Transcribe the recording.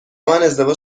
ازدواج